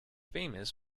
famous